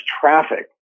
traffic